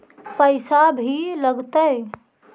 पैसा भी लगतय?